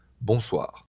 Bonsoir